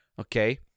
okay